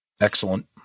Excellent